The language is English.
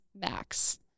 max